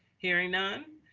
hearing none,